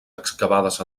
excavades